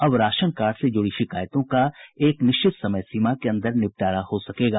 अब ration card से जुड़ी शिकायतों का एक निश्चित समय सीमा के अंदर निपटारा हो सकेगा